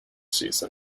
season